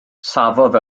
safodd